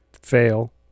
Fail